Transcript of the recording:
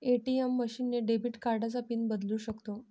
ATM machine ने debit कार्डचा pin बदलू शकतो